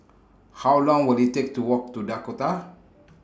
How Long Will IT Take to Walk to Dakota